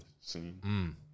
scene